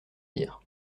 dire